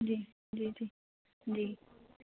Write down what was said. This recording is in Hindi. जी जी जी जी